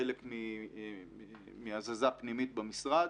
חלק מהזזה פנימית במשרד.